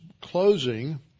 closing